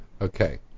Okay